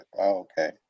Okay